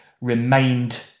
remained